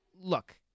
look